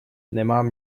nemám